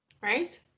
Right